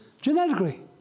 Genetically